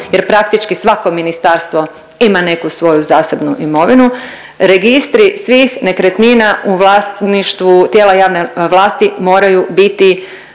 jer praktički svako ministarstvo ima neku svoju zasebnu imovinu, registri svih nekretnina u vlasništvu tijela javne vlasti moraju biti